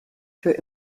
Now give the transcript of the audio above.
für